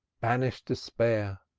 banish despair!